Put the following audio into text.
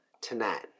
tonight